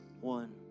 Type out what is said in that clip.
one